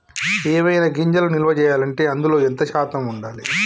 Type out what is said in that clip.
ఏవైనా గింజలు నిల్వ చేయాలంటే అందులో ఎంత శాతం ఉండాలి?